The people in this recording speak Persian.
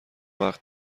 وقت